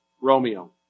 Romeo